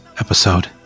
episode